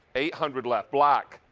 eight hundred left. black,